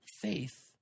faith